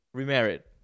remarried